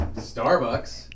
Starbucks